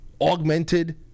augmented